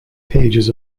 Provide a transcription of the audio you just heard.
pages